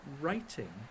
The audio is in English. writing